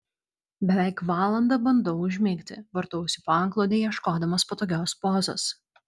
beveik valandą bandau užmigti vartausi po antklode ieškodamas patogios pozos